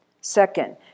second